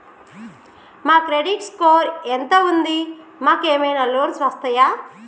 మా credit score ఎంత ఉంది? మాకు ఏమైనా లోన్స్ వస్తయా?